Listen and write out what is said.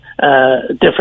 different